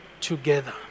together